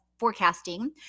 Forecasting